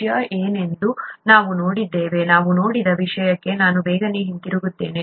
share ಏನೆಂದು ನಾವು ನೋಡಿದ್ದೇವೆ ನಾವು ನೋಡಿದ ವಿಷಯಕ್ಕೆ ನಾನು ಬೇಗನೆ ಹಿಂತಿರುಗುತ್ತೇನೆ